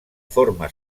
forma